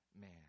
man